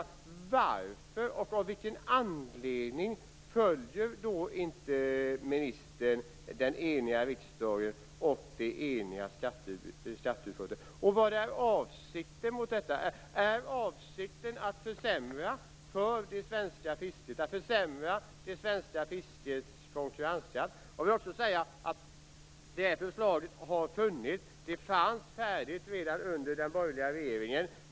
Varför, av vilken anledning, följer inte ministern den eniga riksdagen och det eniga skatteutskottet? Vad är avsikten? Är avsikten att försämra för det svenska fisket, att försämra för det svenska fiskets konkurrenskraft? Jag vill också säga att det här förslaget fanns färdigt redan under den borgerliga regeringen.